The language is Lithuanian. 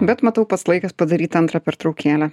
bet matau pats laikas padaryt antrą pertraukėlę